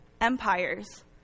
empires